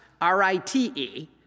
R-I-T-E